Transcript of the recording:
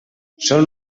són